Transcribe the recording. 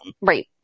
Right